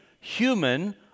human